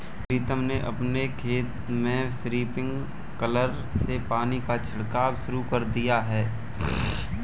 प्रीतम ने अपने खेत में स्प्रिंकलर से पानी का छिड़काव शुरू कर दिया है